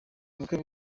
ubukwe